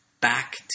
back